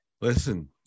listen